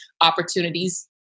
opportunities